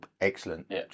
excellent